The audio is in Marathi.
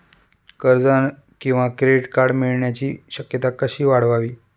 कर्ज किंवा क्रेडिट कार्ड मिळण्याची शक्यता कशी वाढवावी?